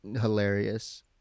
hilarious